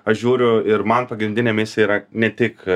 aš žiūriu ir man pagrindinė misija yra ne tik